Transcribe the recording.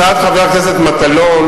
הצעת חבר הכנסת מטלון,